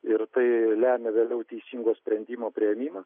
ir tai lemia vėliau teisingo sprendimo priėmimą